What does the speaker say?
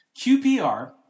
qpr